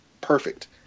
perfect